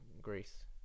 Greece